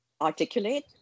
articulate